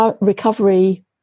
recovery